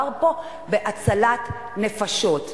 ומדובר פה בהצלת נפשות,